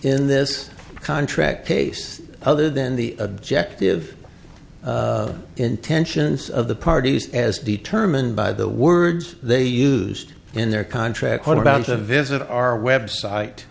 in this contract case other than the objective intentions of the parties as determined by the words they used in their contract pointed out to visit our website